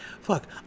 fuck